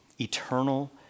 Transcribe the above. eternal